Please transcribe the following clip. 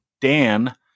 Dan